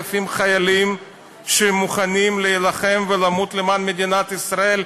חיילים שמוכנים להילחם ולמות למען מדינת ישראל,